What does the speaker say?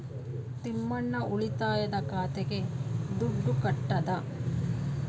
ತಿಮ್ಮಣ್ಣ ಉಳಿತಾಯ ಖಾತೆಗೆ ದುಡ್ಡು ಕಟ್ಟದ